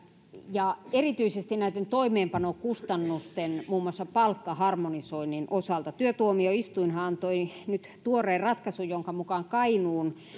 ja erityisesti näitten toimeenpanokustannusten muun muassa palkkaharmonisoinnin osalta työtuomioistuinhan antoi nyt tuoreen ratkaisun jonka mukaan kainuun